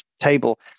table